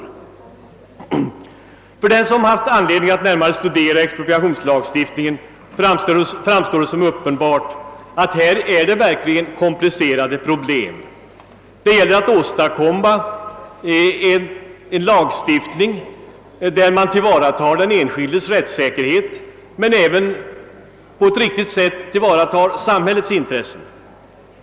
För den som haft anledning att närmare studera expropriationslagstiftningen framstår som uppenbart att det här är fråga om komplicerade problem. Det gäller en lagstiftning där man tillvaratar den enskildes rättssäkerhet men även på ett riktigt sätt samhällets intressen.